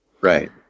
Right